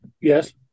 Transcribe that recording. yes